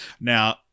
now